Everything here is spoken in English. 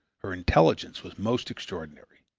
her intelligence was most extraordinary.